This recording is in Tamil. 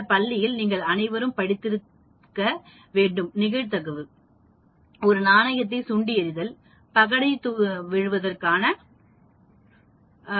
உங்கள் பள்ளியில் நீங்கள் அனைவரும் படித்திருக்க வேண்டும்நிகழ்தகவு ஒரு நாணயத்தை சுண்டி எறிதல் ஒரு பகடை தூக்கி எறிதல் மற்றும் பல